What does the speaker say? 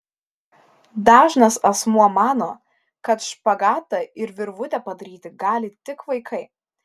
dažnas asmuo mano kad špagatą ir virvutę padaryti gali tik vaikai